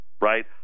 right